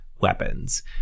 weapons